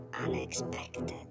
unexpected